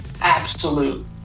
absolute